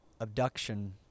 abduction